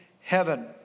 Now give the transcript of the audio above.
heaven